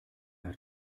hat